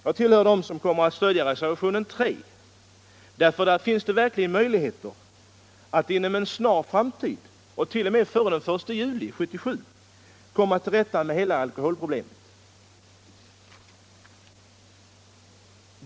Jag tillhör dem som kommer att stödja reservationen 3 därför att den verkligen ger möjligheter att inom en snar framtid, t.o.m. före den 1 juli 1977, komma till rätta med hela alkoholproblemet.